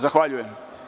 Zahvaljujem.